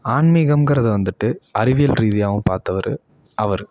ஆன்மீகம்கிறது வந்துட்டு அறிவியல் ரீதியாகவும் பார்த்தவரு அவர்